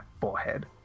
forehead